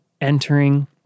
entering